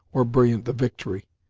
or brilliant the victory.